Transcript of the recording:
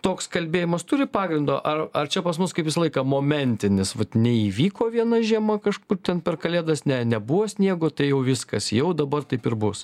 toks kalbėjimas turi pagrindo ar ar čia pas mus kaip visą laiką momentinis vat neįvyko viena žiema kažkur ten per kalėdas ne nebuvo sniego tai jau viskas jau dabar taip ir bus